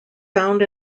found